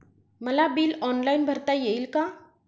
मला bill online भरता येईल का?